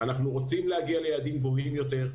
אנחנו רוצים להגיע ליעדים גבוהים יותר,